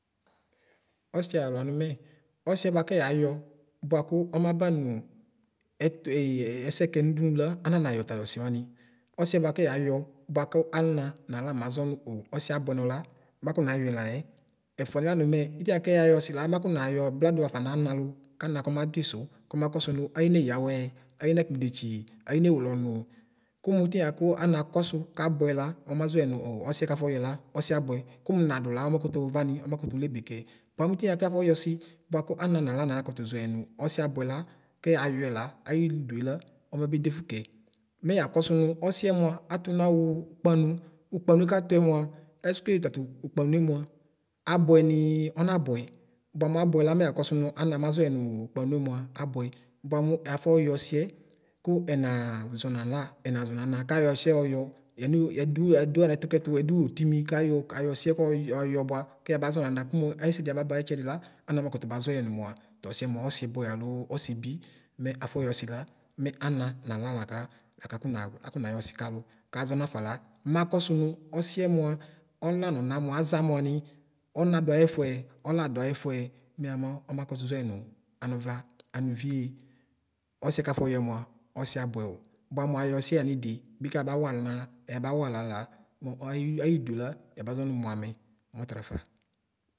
Ɔsi ayɔ lam mɛ ɔslɛ bʋkʋ yayɔ bʋakʋ ɔmaba nʋ ɛtʋ ɛsɛ kɛ nʋdʋm la ananayɔ tatɔsi wam ɔsiɛ bʋakʋ yayɔ bʋakʋ ana nala maʒɔ mʋ o ɔsiɛ abʋɛnɔ la makɔ nayɔɛ layɛ ɛfʋniɛ lam mɛ ltvɛbʋakɛ ayayɔ ɣsi la makɔyɔ makɔ bavladʋ xafa namalʋ kana kɔmadʋi sʋ kɔ mekɔsʋ nʋ ayine yawɛ ayinakpl ldefsʋ aylnewele ɣnʋ kʋnu itsɛ bʋakʋ ana akɔsʋ kabʋɛ la ɔmaʒɔɛ nʋ o ɔslɛ kafɔ yɔɛla ɔsiɛ abʋɛ kʋmʋ nadʋ la ɔmatʋtʋ ana nala nakʋtʋ ʒɔyɛ nʋ ɔslɛ abʋɛ la kɛyɛ ayɔɛ la ayldʋela ɔbabedefʋ kɛ mɛ yakɔsʋ mʋ ɔsiɛ mʋa atʋm awɔ kpam kʋ ukpanʋe katʋɛ mva eske tatu kpanʋe nva abʋɛ nu ɔnabʋɛ bʋamʋ abʋɛ la mɛ yakɔsʋ nʋ ana naʒɔɛ nʋ kpanve mva abʋɛ bʋam afɔyɔ ɔsiyɛ kʋ ɛnaʒɔ nala ɛnaʒɔ nana kayɔ ɔsiɛ yɔyɔ yam ɛdʋ yan ɛtʋ kɛtʋ ɛdʋ ɔtimi kayɔ kayɔiɛ yɔyɔ bʋa kɛ yaba ʒɔnana kʋmʋ ayɛsɛdi Ababa ɛtsɛdi la ana nafɔ kʋtʋ baʒɔ yɛ nʋ mʋa tɔsiɛ mʋa ɔsi bʋɛ alo ɔsibi mɛ afɔyɔsi la mɛ ana nala ka akʋnayɔsi kalʋ kaʒɔ nafa la matɔsv nʋ ɔslɛ mva ɔna nɔla mva aʒa muam ɔna dʋ ayɛfvɛ ɔladʋ ayɛfʋɛ mɛya mɔ makʋtʋ ʒɔɛ nʋ anwla amv kie ɔsiɛ kafɔyɔɛ mva ɔsiɛ abvɛ o bʋa nw ayɔ siɛ yanidi bikɛ ayabawa anala ayabawa alala mʋ ayidʋe la yabaʒmʋ mvamɛ ɔtalafa.